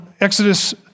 Exodus